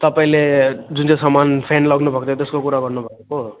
तपाईँले जुन चाहिँ सामान सेन लानु भएको थियो त्यसको कुरा गर्नु भएको